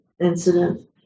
incident